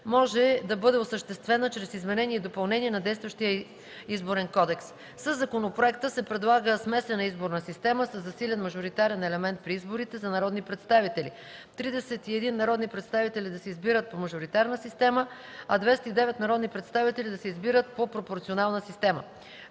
може да бъде осъществена чрез изменение и допълнение на действащия Изборен кодекс. Със законопроекта се предлага смесена изборна система със засилен мажоритарен елемент при изборите за народни представители – 31 народни представители да се избират по мажоритарна система, а 209 народни представители да се избират по пропорционална система.